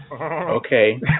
Okay